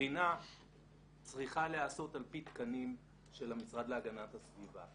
קרינה צריכה להיעשות על פי תקנים של המשרד להגנת הסביבה,